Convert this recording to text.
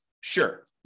Sure